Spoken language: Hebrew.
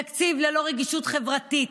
תקציב ללא רגישות חברתית,